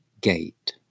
gate